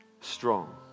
strong